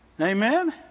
Amen